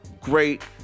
great